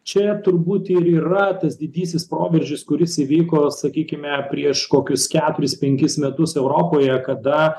čia turbūt ir yra tas didysis proveržis kuris įvyko sakykime prieš kokius keturis penkis metus europoje kada